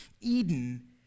Eden